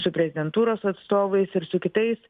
su prezidentūros atstovais ir su kitais